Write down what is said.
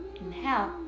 Inhale